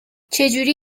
چهجوری